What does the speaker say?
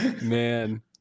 Man